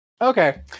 Okay